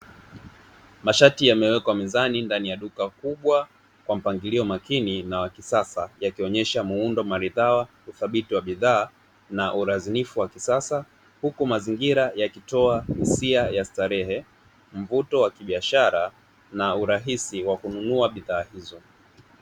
Mashati yamewekwa mezani ndani ya duka kubwa kwa mpangilio makini na wa kisasa; yakionyesha muundo maridhawa, uthabiti wa bidhaa na urazinifu wa kisasa huku mazingira yakitoa hisia ya starehe, mvuto wa kibiashara na urahisi wa kununua bidhaa hizo.